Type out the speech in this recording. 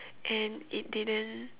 and it didn't